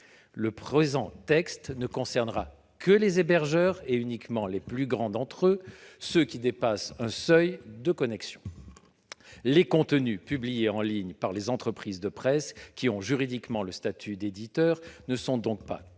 effet, ce texte ne concernera que les hébergeurs, et uniquement les plus grands d'entre eux, ceux qui dépassent un seuil de connexion. Les contenus publiés en ligne par les entreprises de presse qui ont juridiquement le statut d'éditeur n'étant pas visés